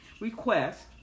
request